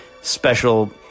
special